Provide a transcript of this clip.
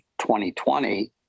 2020